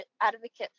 advocate